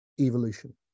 evolution